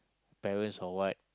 parents or what